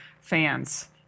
fans